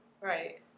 Right